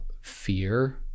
fear